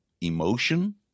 emotion